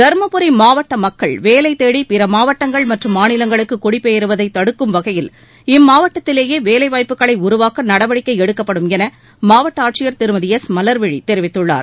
தருமபுரி மாவட்ட மக்கள் வேலை தேடி பிற மாவட்டங்கள் மற்றும் மாநிலங்களுக்கு குடிபெயருவதை தடுக்கும் வகையில் இம்மாவட்டத்திலேயே வேலைவாய்ப்புகளை உருவாக்க நடவடிக்கை எடுக்கப்படும் என மாவட்ட ஆட்சியர் திருமதி எஸ் மலர்விழி தெரிவித்துள்ளார்